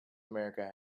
america